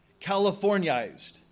Californiaized